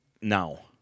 now